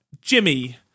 Jimmy